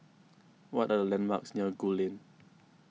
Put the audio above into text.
what are the landmarks near Gul Lane